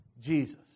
Jesus